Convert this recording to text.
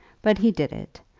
but he did it,